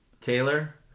Taylor